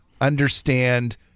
understand